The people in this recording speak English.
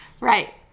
Right